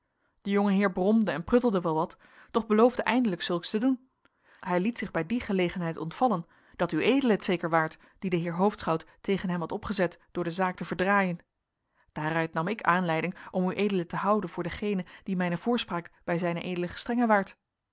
de jonge heer bromde en pruttelde wel wat doch beloofde eindelijk zulks te doen hij liet zich bij die gelegenheid ontvallen dat ued het zeker waart die den heer hoofdschout tegen hem had opgezet door de zaak te verdraaien daaruit nam ik aanleiding om ued te houden voor dengenen die mijne voorspraak bij z ed gestr waart